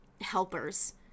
helpers